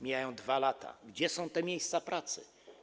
Mijają 2 lata i gdzie są te miejsca pracy?